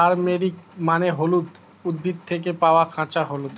turmeric মানে হলুদের উদ্ভিদ থেকে পাওয়া কাঁচা হলুদ